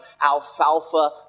alfalfa